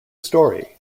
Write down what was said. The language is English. story